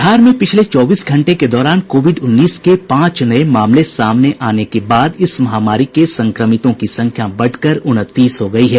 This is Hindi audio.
बिहार में पिछले चौबीस घंटे के दौरान कोविड उन्नीस के पांच नये मामले सामने आने के बाद इस महामारी के संक्रमितों की संख्या बढकर उनतीस हो गई है